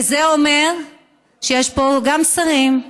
וזה אומר שיש פה גם שרים,